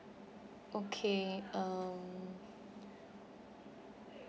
okay um